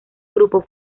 grupo